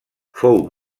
fou